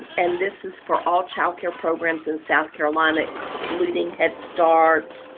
and this is for all child care programs in south carolina excluding head start,